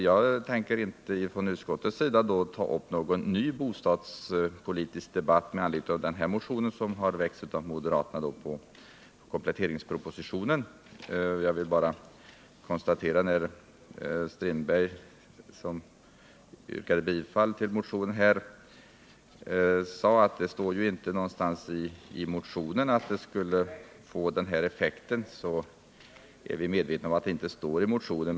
Jag tänker som talesman för utskottet inte ta upp någon ny bostadspolitisk debatt med anledning av den här motionen, som har väckts av moderaterna med anledning av kompletteringspropositionen. Per-Olof Strindberg sade att det inte står någonstans i motionen att de föreslagna åtgärderna skulle få de effekter utskottet anger. Vi är medvetna om att det inte står i motionen.